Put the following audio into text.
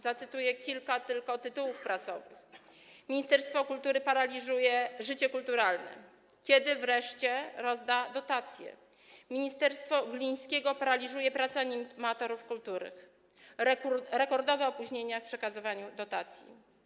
Zacytuję tylko kilka tytułów prasowych: ministerstwo kultury paraliżuje życie kulturalne, kiedy wreszcie rozda dotacje, ministerstwo Glińskiego paraliżuje pracę animatorów kultury, rekordowe opóźnienia w przekazywaniu dotacji.